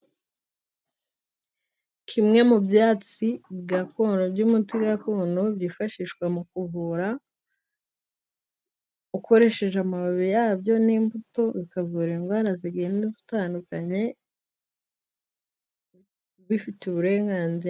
Kimwe mu byatsi gakondo by'umuti gakondo byifashishwa mu kuvura ukoresheje amababi yabyo n'imbuto bikavura indwara zigenda zitandukanye bifite uburenganzira.